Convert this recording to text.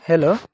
hello